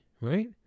right